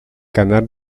canal